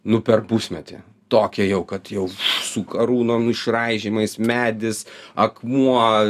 nu per pusmetį tokią jau kad jau su karūnom išraižymais medis akmuo